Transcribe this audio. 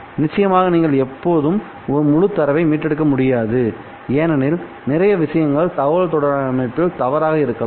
நிச்சயமாக நீங்கள் எப்போதும் முழு தரவை மீட்டெடுக்க முடியாது ஏனெனில் நிறைய விஷயங்கள் தகவல் தொடர்பு அமைப்பில் தவறாக இருக்கலாம்